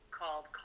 called